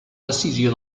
decisió